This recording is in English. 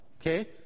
Okay